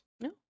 No